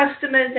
customers